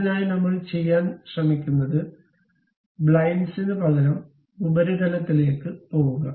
അതിനായി നമ്മൾ ചെയ്യാൻ ശ്രമിക്കുന്നത് ബ്ലൈൻഡ്സിന് പകരം ഉപരിതലത്തിലേക്ക് പോകുക